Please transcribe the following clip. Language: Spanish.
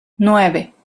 nueve